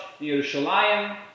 Yerushalayim